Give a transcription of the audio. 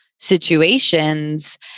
situations